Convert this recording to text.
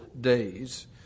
days